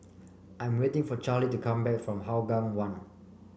I'm waiting for Charley to come back from Hougang One